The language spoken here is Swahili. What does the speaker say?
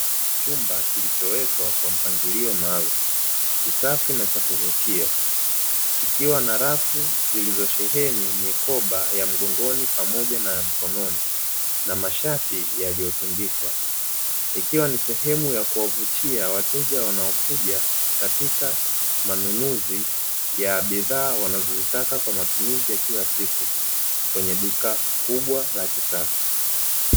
Chumba kilichowekwa kwa mpangilio maalum kisafi na cha kuvutia kikiwa na rafu zilizosheheni mikoba ya mgongoni pamoja na mkononi na masharti yaliyotundikwa, ikiwa ni sehemu ya kuwavutia wateja wanaokuja katika manunuzi ya bidhaa wanazozitaka kwa matumizi ya kila siku kwenye duka kubwa la kisasa.